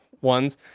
ones